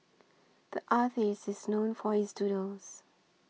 the artist is known for his doodles